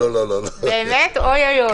באמת, אוי-אוי-אוי.